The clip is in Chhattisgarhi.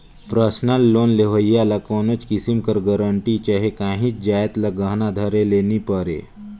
परसनल लोन लेहोइया ल कोनोच किसिम कर गरंटी चहे काहींच जाएत ल गहना धरे ले नी परे